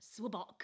swabok